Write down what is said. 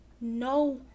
no